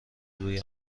روی